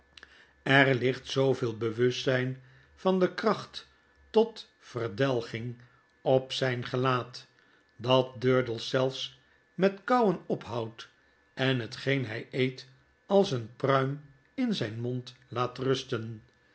er ligt zooveel bewustzyn van de kracht tot verdelging op zyn gelaat dat durdels zelfs met kauwen ophoudt en hetgeen hij eet als een pruim in zyn mond laat rusten